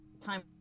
time